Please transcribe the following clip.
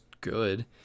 good